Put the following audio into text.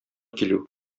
килү